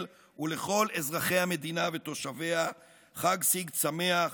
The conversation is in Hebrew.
ולכל אזרחי המדינה ותושביה חג סגד שמח,